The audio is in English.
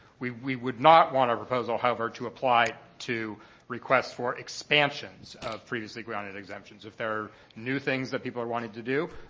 we we would not want a proposal, however, to apply to request for expansions of previously granted exemptions. if there are new things that people are wanting to do,